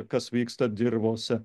kas vyksta dirvose